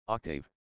Octave